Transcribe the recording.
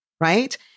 Right